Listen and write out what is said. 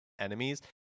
enemies